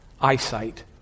eyesight